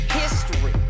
history